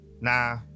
Nah